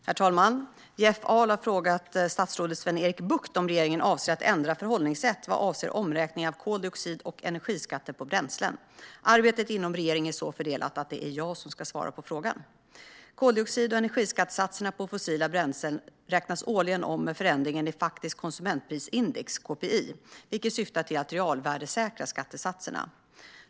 Herr talman! Jeff Ahl har frågat statsrådet Sven-Erik Bucht om regeringen avser att ändra förhållningssätt vad avser omräkning av koldioxid och energiskattesatser på bränslen. Arbetet inom regeringen är så fördelat att det är jag som ska svara på frågan. Koldioxid och energiskattesatserna på fossila bränslen räknas årligen om med förändringen i faktiskt konsumentprisindex, KPI, vilket syftar till att realvärdesäkra skattesatserna.